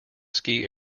ski